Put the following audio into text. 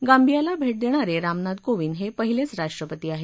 गांबियाला भेट देणारे रामनाथ कोविंद हे पहिलेच राष्ट्रपती आहेत